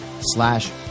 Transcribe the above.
slash